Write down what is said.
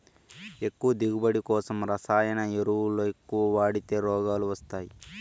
ఎక్కువ దిగువబడి కోసం రసాయన ఎరువులెక్కవ వాడితే రోగాలు వస్తయ్యి